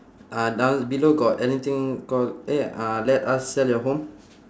uh down below got anything called eh uh let us sell your home